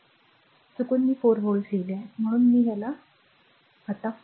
म्हणून चुकून मी 4 व्होल्ट लिहिले म्हणून मी याला कॉल करतो